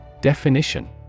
Definition